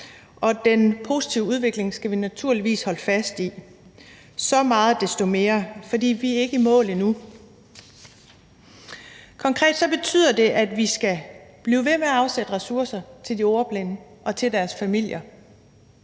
og den positive udvikling skal vi naturligvis holde fast i – så meget desto mere, fordi vi ikke er i mål endnu. Konkret betyder det, at vi skal blive ved med at afsætte ressourcer til de ordblinde og til deres familier.